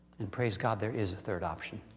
and praise god there is a third option.